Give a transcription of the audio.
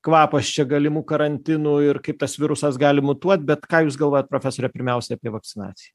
kvapas čia galimų karantinų ir kaip tas virusas gali mutuot bet ką jūs galvojat profesore pirmiausia apie vakcinaciją